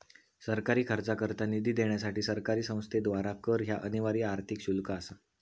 सरकारी खर्चाकरता निधी देण्यासाठी सरकारी संस्थेद्वारा कर ह्या अनिवार्य आर्थिक शुल्क असा